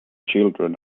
children